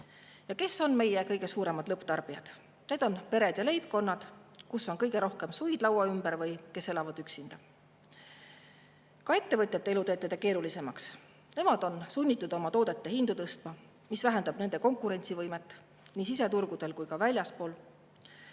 Ja kes on meie kõige suuremad lõpptarbijad? Need on pered ja leibkonnad, kus on kõige rohkem suid laua ümber. Ka ettevõtjate elu teete te keerulisemaks. Nemad on sunnitud oma toodete hindu tõstma, mis vähendab nende konkurentsivõimet nii siseturgudel kui ka väljaspool.